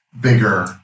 bigger